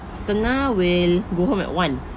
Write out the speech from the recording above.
setengah will go home at one